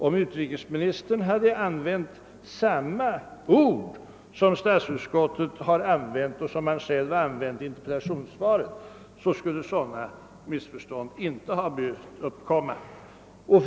Om utrikesministern hade använt samma ord som statsutskottet gjort och som han själv gjorde i interpellationssvaret, skulle sådana missförstånd inte ha behövt uppkomma.